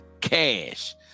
cash